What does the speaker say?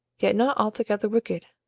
yet not altogether wicked.